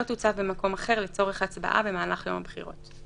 לא תוצב במקום אחר לצורך הצבעה במהלך יום הבחירות".